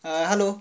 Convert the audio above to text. err hello